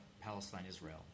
Palestine-Israel